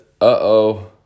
uh-oh